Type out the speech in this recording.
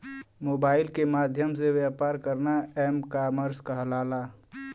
mobile के माध्यम से व्यापार करना एम कॉमर्स कहलाला